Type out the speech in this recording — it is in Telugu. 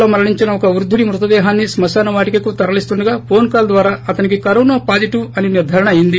శ్రీకాకుళం జిల్లాలో మరణించిన ఒక వృద్గుడి మృతదేహాన్ని శ్మశాన వాటికకు తరలిస్తుండగా ఫోన్ కాల్ ద్వారా అతనికి కరోనా పాజిటివ్ అని నిర్గారణ అయ్యింది